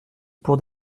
pour